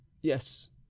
Yes